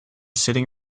sitting